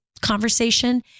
conversation